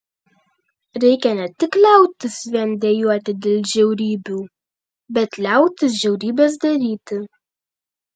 reikia ne tik liautis vien dejuoti dėl žiaurybių bet liautis žiaurybes daryti